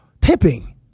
tipping